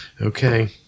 Okay